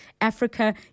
Africa